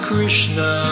Krishna